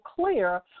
clear